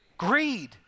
Greed